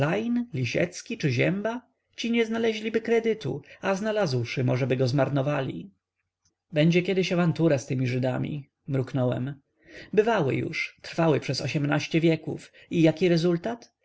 lisiecki czy zięba ci nie znaleźliby kredytu a znalazłszy możeby go zmarnowali będzie kiedyś awantura z tymi żydami mruknąłem bywały już trwały przez ośmnaście wieków i jaki rezultat